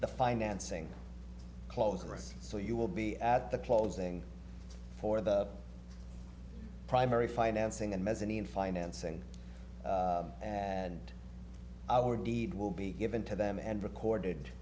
the financing close so you will be at the closing for the primary financing and mezzanine financing and our deed will be given to them and recorded